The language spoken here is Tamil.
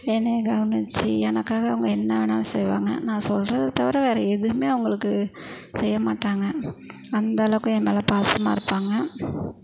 என்னை கவனிச்சு எனக்காக அவங்க என்ன வேணாலும் செய்வாங்க நான் சொல்வதை தவிர வேறு எதுவுமே அவங்களுக்கு செய்யமாட்டாங்க அந்தளவுக்கு என் மேல் பாசமாக இருப்பாங்க